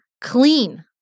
clean